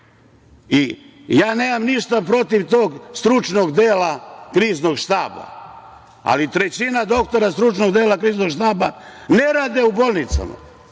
živimo. Nemam ništa protiv tog stručnog dela Kriznog štaba, ali trećina doktora stručnog dela Kriznog štaba ne radi u bolnicama.